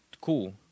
cool